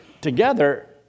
together